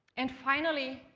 and finally,